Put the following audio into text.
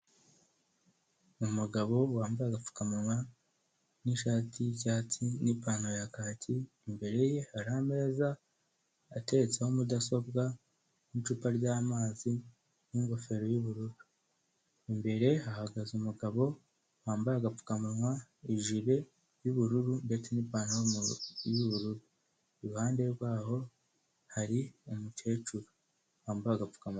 Umugabo wambaye agapfukamunwa n'ishati y'icyatsi n'ipantaro ya kaki, imbere ye hari ameza ateretseho mudasobwa n'icupa ryamazi n'ingofero y'ubururu, imbere hagaze umugabo wambaye agapfukamunwa, ijire y'ubururu ndetse n'ipanta y'ubururu, iruhande rwaho hari umukecuru wambaye agapfukamuwa.